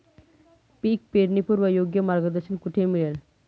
पीक पेरणीपूर्व योग्य मार्गदर्शन कुठे मिळेल?